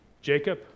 Jacob